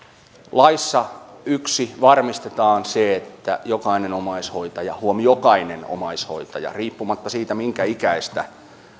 laissa ensinnäkin varmistetaan se että jokainen omaishoitaja huom jokainen omaishoitaja riippumatta siitä minkä ikäinen